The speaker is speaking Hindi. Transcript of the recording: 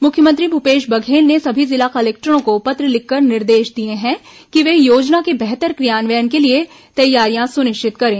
मुख्यमंत्री भूपेश बघेल ने सभी जिला कलेक्टरों को पत्र लिखकर निर्देश दिए हैं कि वे योजना के बेहतर क्रियान्वयन के लिए तैयारियां सुनिश्चित करें